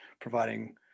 providing